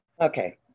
Okay